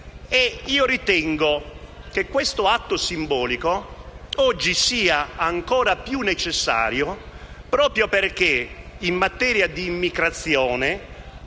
e ritengo che questo atto simbolico oggi sia ancora più necessario proprio perché, in materia di immigrazione